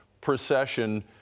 procession